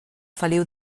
feliu